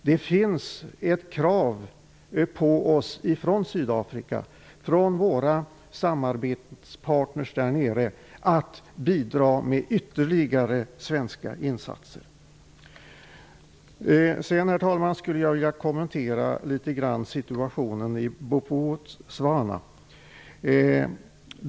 Det finns krav på oss från våra samarbetspartner i Sydafrika om att vi skall bidra med ytterligare svenska insatser. Herr talman! Jag skulle vilja kommentera situationen i Bophuthatswana.